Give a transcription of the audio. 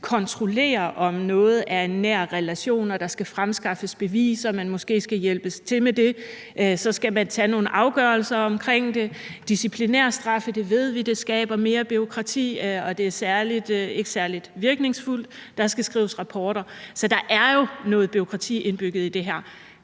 kontrollere, om noget er en nær relation, og når der skal fremskaffes beviser, og man måske skal hjælpe til med det, og så skal man tage nogle afgørelser omkring det. Disciplinærstraffe skaber mere bureaukrati – det ved vi – og det er ikke særlig virkningsfuldt. Og der skal skrives rapporter. Så der er jo noget bureaukrati indbygget i det her.